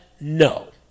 No